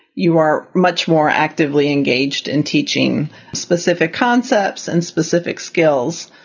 you are much more actively engaged in teaching specific concepts and specific skills,